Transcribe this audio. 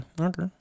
Okay